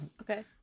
Okay